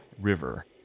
River